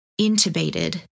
intubated